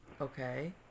Okay